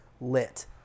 lit